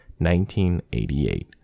1988